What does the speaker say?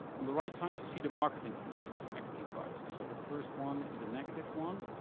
on the right side, you see the market information, so equity prices. so the first one is a negative one.